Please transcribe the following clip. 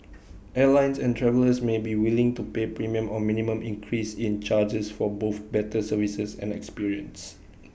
airlines and travellers may be willing to pay premium or minimum increase in charges for both better services and experience